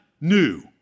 new